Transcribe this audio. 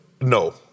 No